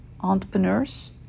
entrepreneurs